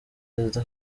perezida